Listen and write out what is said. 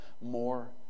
more